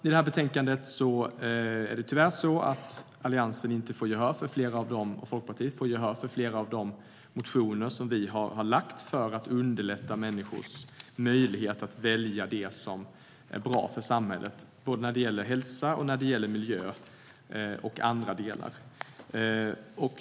I det här betänkandet är det tyvärr så att Alliansen och Folkpartiet inte får gehör för flera av de motioner som vi har lagt fram för att underlätta människors möjligheter att välja det som är bra för samhället, både när det gäller hälsa, miljö och andra delar.